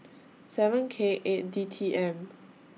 seven K eight D T M